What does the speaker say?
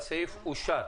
הסעיף אושר.